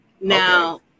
Now